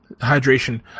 hydration